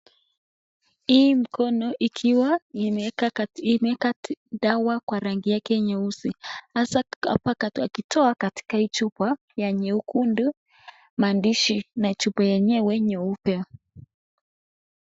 Hii mkono ikiwa imeweka dawa kwa rangi yake nyeusi hasaa hapa akitoa katika hii chupa ya nyekundu maandishi na chupa yenyewe nyeupe.